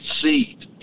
seat